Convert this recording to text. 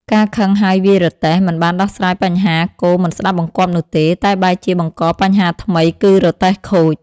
ការខឹងហើយវាយរទេះ មិនបានដោះស្រាយបញ្ហាគោមិនស្ដាប់បង្គាប់នោះទេ តែបែរជាបង្កបញ្ហាថ្មី គឺរទេះខូច។